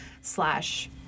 slash